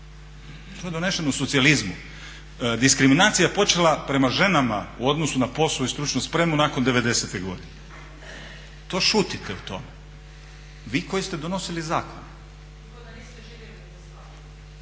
To je donešeno u socijalizmu. Diskriminacija je počela prema ženama u odnosu na posao i stručnu spremu nakon devedesete godine. To šutite o tome, vi koji ste donosili zakon.